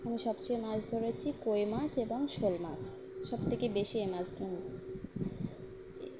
আমি সবচেয়ে মাছ ধরেছি কই মাছ এবং শোল মাছ সবথেকে বেশি মাছ ধরেছি